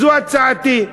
זו הצעתי.